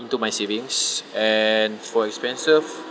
into my savings and for expenses